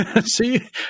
see